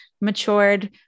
matured